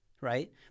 right